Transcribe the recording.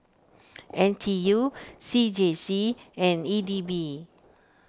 N T U C J C and E D B